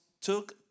took